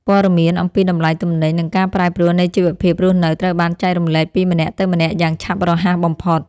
ព័ត៌មានអំពីតម្លៃទំនិញ និងការប្រែប្រួលនៃជីវភាពរស់នៅត្រូវបានចែករំលែកពីម្នាក់ទៅម្នាក់យ៉ាងឆាប់រហ័សបំផុត។